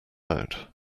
out